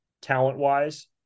talent-wise